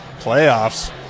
Playoffs